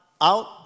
out